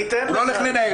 הוא לא הולך לנהל.